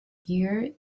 year